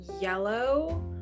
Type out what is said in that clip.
Yellow